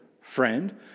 friend